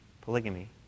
polygamy